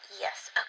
Yes